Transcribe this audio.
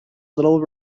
little